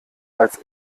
als